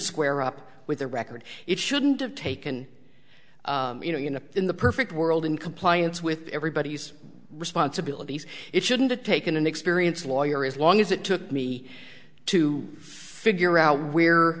square up with a record it shouldn't have taken you know in the perfect world in compliance with everybody's responsibilities it shouldn't a taken an experienced lawyer as long as it took me to figure out where